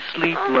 Sleep